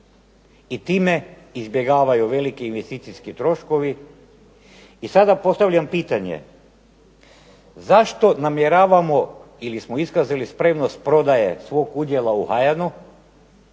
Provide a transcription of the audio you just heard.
i time izbjegavaju veliki investicijske troškove i sada postavljam pitanje, zašto namjeravamo ili smo iskazali spremnost prodaje svog udjela u HN-u